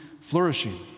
flourishing